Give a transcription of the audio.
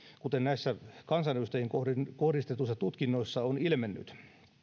kuten näissä kansanedustajiin kohdistetuissa kohdistetuissa tutkinnoissa on ilmennyt